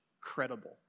credible